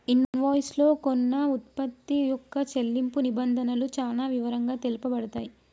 invoice లో కొన్న వుత్పత్తి యొక్క చెల్లింపు నిబంధనలు చానా వివరంగా తెలుపబడతయ్